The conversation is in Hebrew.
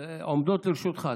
עומדות לרשותך.